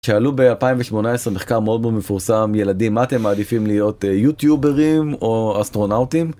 שאלו ב-2018, מחקר מאוד מאוד מפורסם, ילדים, מה אתם מעדיפים להיות? יוטיוברים או אסטרונאוטים?